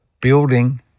building